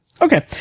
okay